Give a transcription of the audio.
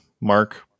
mark